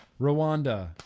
Rwanda